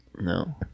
no